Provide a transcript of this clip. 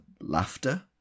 laughter